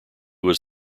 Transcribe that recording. was